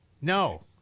No